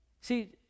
See